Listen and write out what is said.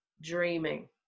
dreaming